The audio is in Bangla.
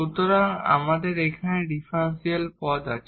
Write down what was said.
সুতরাং আমাদের এখানে এই ডিফারেনশিয়াল টার্ম আছে